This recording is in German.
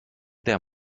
der